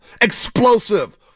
Explosive